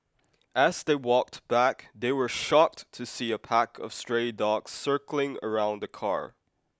as they walked back they were shocked to see a pack of stray dogs circling around the car